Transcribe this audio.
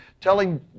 telling